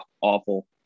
awful